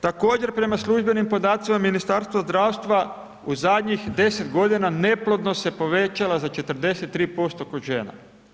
Također prema službenim podacima Ministarstva zdravstva u zadnjih 10 godina neplodnost se povećala za 43% kod žena.